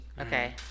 Okay